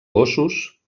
gossos